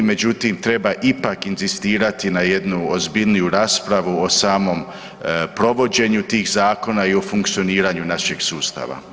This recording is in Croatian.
Međutim, treba ipak inzistirati na jednu ozbiljniju raspravu o samom provođenju tih zakona i o funkcioniranju našeg sustava.